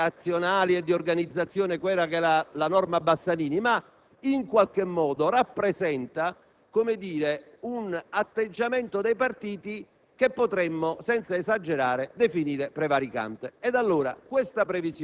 È una composizione che, obiettivamente, per motivi razionali e di organizzazione, non supera la norma Bassanini, ma in qualche modo rappresenta un atteggiamento dei partiti